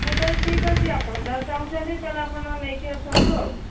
ହଉ ତା'ହେଲେ ଠିକ୍ ଅଛି ଆପଣ ଯାହା ଚାହୁଁଛନ୍ତି ତା'ହେଲେ ଆପଣ ନେଇକି ଆସନ୍ତୁ ଆଉ